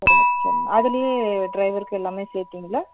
சரி மேம் சரி மேம் அதில் ட்ரைவருக்கு எல்லாமே சேர்த்துங்களா